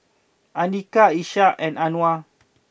Andika Ishak and Anuar